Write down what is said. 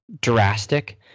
drastic